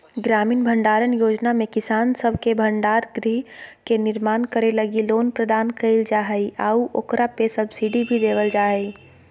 ग्रामीण भंडारण योजना में किसान सब के भंडार गृह के निर्माण करे लगी लोन प्रदान कईल जा हइ आऊ ओकरा पे सब्सिडी भी देवल जा हइ